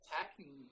attacking